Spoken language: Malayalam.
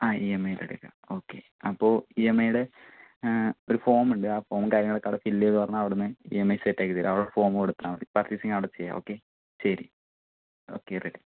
ആ ഇ എം ഐ ഇട്ട് എടുക്കാം ഓക്കെ അപ്പോൾ ഇഎംഐയുടെ ഒരു ഫോമുണ്ട് ആ ഫോമും കാര്യങ്ങളൊക്കെ അവിടെ ഫില്ല് ചെയ്ത് പറഞ്ഞാൽ അവിടുന്ന് ഇ എം ഐ സെറ്റാക്കിത്തരാം അവിടെ ഫോമ് കൊടുത്താൽ മതി പർച്ചെസിങ് അവിടെ ചെയ്യാം ഓക്കെ ശരി ഓക്കെ റെഡി